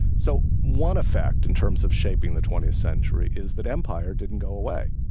so one effect in terms of shaping the twentieth century is that empire didn't go away.